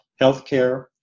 healthcare